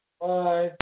Bye